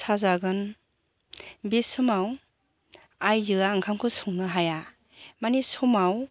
साजागोन बे समाव आइजोआ ओंखामखौ संनो हाया माने समाव